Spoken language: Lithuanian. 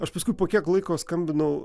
aš paskui po kiek laiko skambinau